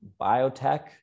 biotech